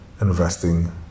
investing